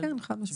חד-משמעית.